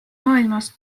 maailmas